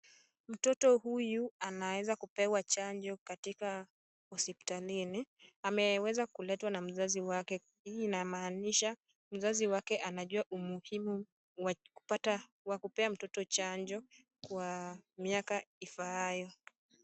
Mtoto huyu anaweza kupewa chanjo katika hospitalini. Ameweza kuletwa na mzazi wake. Hii inamaanisha mzazi wake anajua umuhimu wa kupea mtoto chanjo kwa miaka ifaayo.